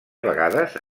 vegades